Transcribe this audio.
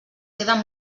queden